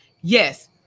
Yes